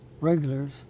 regulars